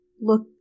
look